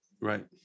Right